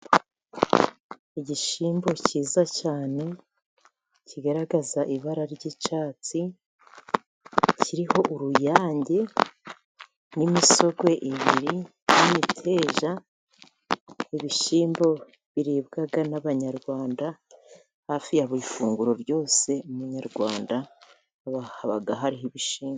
Igishyimbo cyiza cyane kigaragaza ibara ry'icyatsi, kiriho uruyange n'imisogwe ebyiri n'imiteja, ibishyimbo biribwa n'Abanyarwanda hafi ya buri funguro ryose, Umunyarwanda haba hariho ibishyimbo.